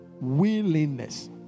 Willingness